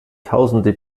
tausende